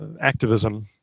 activism